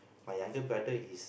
my younger brother is